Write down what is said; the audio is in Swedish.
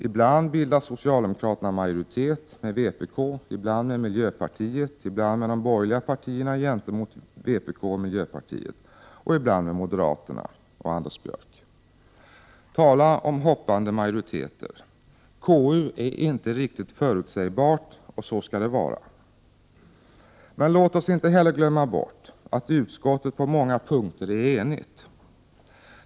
Ibland bildar socialdemokraterna majoritet med vpk, ibland med miljöpartiet, ibland med de borgerliga partierna gentemot vpk och miljöpartiet och ibland med moderaterna och Anders Björck. Tala om hoppande majoriteter! KU är inte riktigt förutsägbart, och så skall det vara. Men vi får inte glömma bort att utskottet på många punkter är enigt.